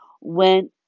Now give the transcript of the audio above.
went